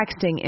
texting